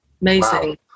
amazing